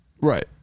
Right